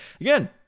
Again